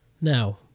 Now